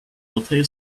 hotei